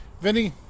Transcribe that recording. Vinny